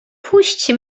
puść